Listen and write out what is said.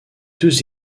deux